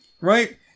right